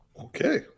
okay